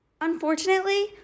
Unfortunately